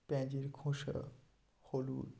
পেঁয়াজের খোসা হলুদ